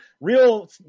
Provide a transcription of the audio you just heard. real